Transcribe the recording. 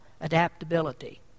adaptability